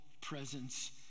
presence